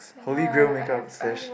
hologram makeup sheesh